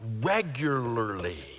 regularly